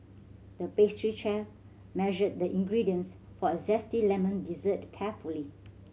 the pastry chef measured the ingredients for a zesty lemon dessert carefully